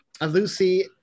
Lucy